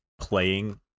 playing